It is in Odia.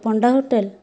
ପଣ୍ଡା ହୋଟେଲ